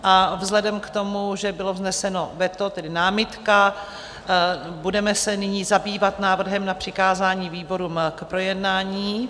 A vzhledem k tomu, že bylo vzneseno veto, tedy námitka, budeme se nyní zabývat návrhem na přikázání výborům k projednání.